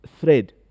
thread